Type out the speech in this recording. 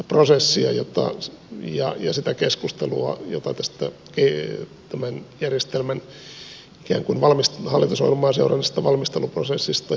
prosessia jotta se ei aio vuoden aikana tämän järjestelmän hallitusohjelmaa seurannutta valmisteluprosessia ja siitä käytyä keskustelua